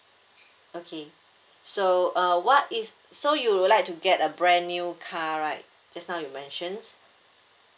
okay so uh what is so you would like to get a brand new car right just now you mentioned